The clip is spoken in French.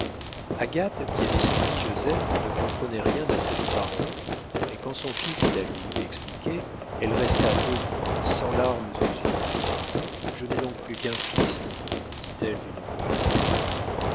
agathe qui avait suivi joseph ne comprenait rien à cette parole mais quand son fils la lui eut expliquée elle resta debout sans larmes aux yeux je n'ai donc plus qu'un fils dit-elle d'une voix faible